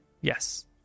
Yes